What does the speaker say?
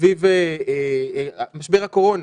סביב משבר הקורונה.